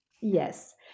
Yes